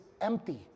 empty